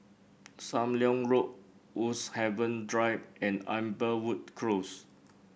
Sam Leong Road Woodhaven Drive and Amberwood Close